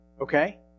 okay